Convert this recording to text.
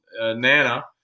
Nana